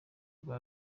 rwa